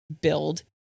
build